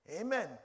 Amen